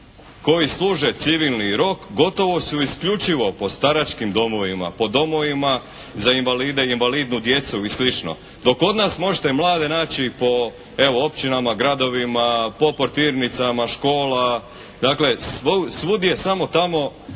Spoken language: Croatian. koji služe civilni rok gotovo su isključivo po staračkim domovima, po domovima za invalide i invalidnu djecu i slično, dok kod nas možete mlade naći po evo općinama, gradovima, po portirnicama, škola. Dakle, svud je samo tamo